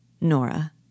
Nora